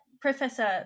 Professor